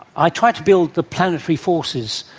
i tried to build the planetary forces,